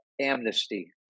amnesty